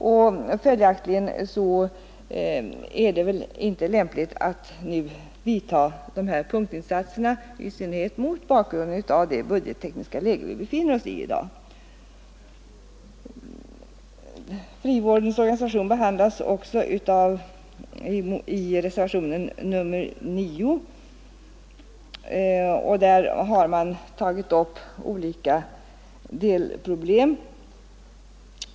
Det är följaktligen inte lämpligt att göra dessa punktinsatser, i synnerhet mot bakgrunden av det budgettekniska läge i vilket vi i dag befinner oss. Frivårdens organisation behandlas också i reservationen 9, där man tagit upp olika delproblem.